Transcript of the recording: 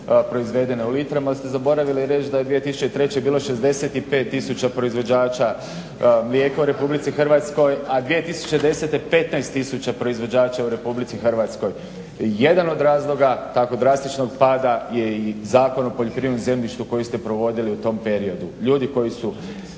proizvedene u litrama, ali ste zaboravili reći da je 2003.bilo 65 tisuća proizvođača mlijeka u RH, a 2010. 15 tisuća proizvođača u RH. Jedan od razloga tako drastičnog pada je i Zakon o poljoprivrednom zemljištu koji ste provodili u tom periodu. Ljudi koji su